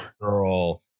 girl